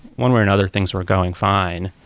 one way or another, things were going fine.